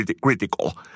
critical